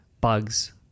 bugs